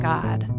God